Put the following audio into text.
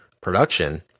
production